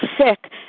sick